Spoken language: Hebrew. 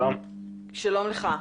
שלום לך.